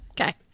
Okay